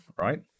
Right